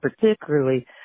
particularly